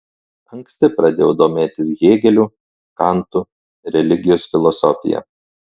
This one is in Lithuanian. anksti pradėjau domėtis hėgeliu kantu religijos filosofija